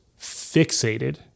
fixated